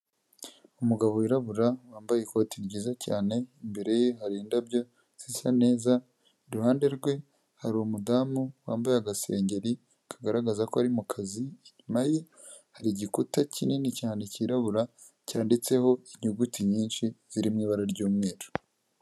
Umugabo wirabura wambaye ikoti ryiza cyane imbere ye hari indabyo zisa neza, iruhande rwe hari umudamu wambaye agasengeri kagaragaza ko ari mu kazi, inyuma ye hari igikuta kinini cyane cyirabura cyanditseho inyuguti nyinshi ziri mu ibara ry'umweru.